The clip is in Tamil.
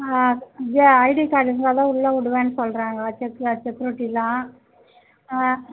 இது ஐடி கார்டு இருந்தால் தான் உள்ளே விடுவேன்னு சொல்கிறாங்க செக்யா செக்யூரிட்டியெலாம்